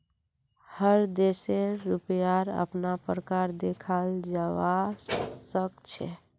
हर देशेर रुपयार अपना प्रकार देखाल जवा सक छे